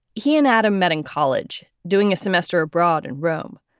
he and adam met in college doing a semester abroad in rome.